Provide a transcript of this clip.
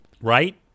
Right